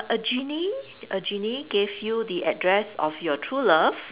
a genie a genie gave you the address of your true love